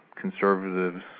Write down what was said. conservatives